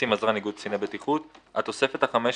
התוספת ה-15,